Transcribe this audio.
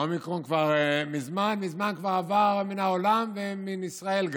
האומיקרון מזמן מזמן כבר עבר מן העולם וגם מישראל,